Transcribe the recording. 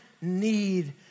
need